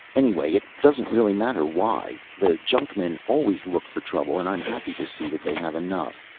anyway, it doesn't really matter why. the junkmen always look for trouble and i'm happy to see that they have enough.